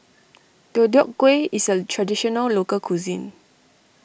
Deodeok Gui is a Traditional Local Cuisine